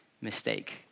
mistake